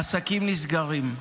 עסקים נסגרים,